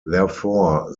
therefore